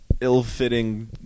ill-fitting